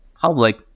public